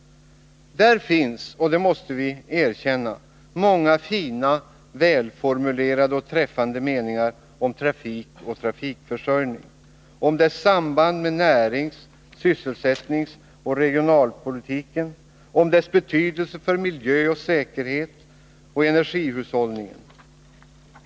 Där finns — det måste vi erkänna — många fina, välformulerade och träffande meningar om trafik och trafikförsörjning, om dess samband med närings-, sysselsättningsoch regionalpolitiken samt om trafikens betydelse för miljö, säkerhet och energihushållning.